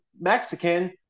Mexican